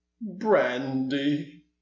Brandy